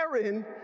Aaron